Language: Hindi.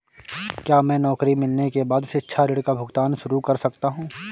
क्या मैं नौकरी मिलने के बाद शिक्षा ऋण का भुगतान शुरू कर सकता हूँ?